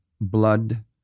blood